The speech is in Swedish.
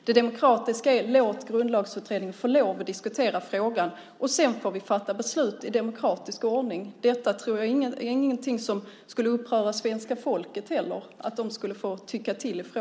Det demokratiska är att tillåta Grundlagsutredningen att diskutera frågan. Sedan kan vi fatta beslut i demokratisk ordning. Att svenska folket fick tycka till i frågan tror jag inte heller är något som skulle uppröra dem.